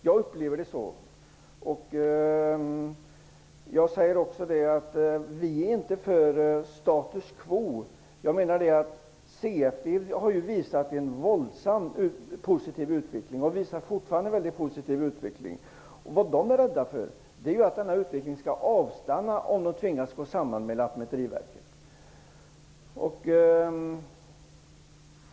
Jag uppfattar det hela så. Vi är inte för status quo. CFD har visat och visar en positiv utveckling. CFD är rädd för att utvecklingen skall avstanna om man tvingas att gå samman med Lantmäteriverket.